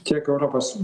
tiek europos